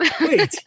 Wait